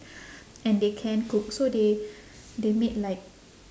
and they can cook so they they made like